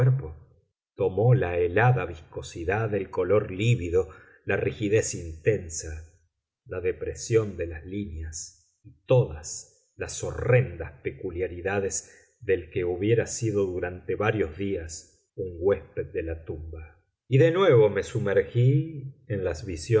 tomó la helada viscosidad el color lívido la rigidez intensa la depresión de las líneas y todas las horrendas peculiaridades del que hubiera sido durante varios días un huésped de la tumba y de nuevo me sumergí en las